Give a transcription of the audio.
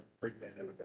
pre-pandemic